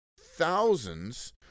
thousands